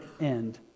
end